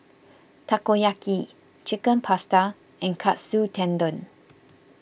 Takoyaki Chicken Pasta and Katsu Tendon